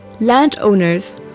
landowners